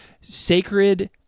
sacred